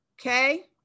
okay